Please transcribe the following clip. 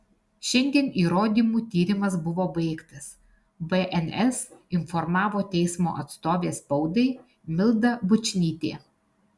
šiandien įrodymų tyrimas buvo baigtas bns informavo teismo atstovė spaudai milda bučnytė